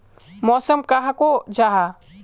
मौसम कहाक को जाहा?